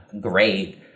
great